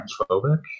transphobic